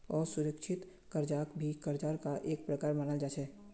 असुरिक्षित कर्जाक भी कर्जार का एक प्रकार मनाल जा छे